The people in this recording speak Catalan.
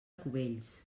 cubells